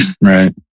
right